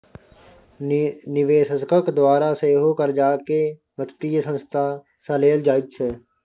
निवेशकक द्वारा सेहो कर्जाकेँ वित्तीय संस्था सँ लेल जाइत छै